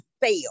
fail